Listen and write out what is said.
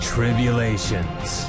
Tribulations